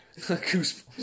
Goosebumps